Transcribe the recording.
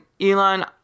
Elon